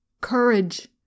Courage